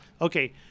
Okay